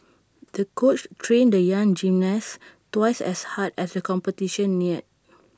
the coach trained the young gymnast twice as hard as the competition neared